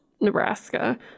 Nebraska